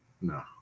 No